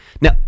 Now